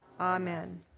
amen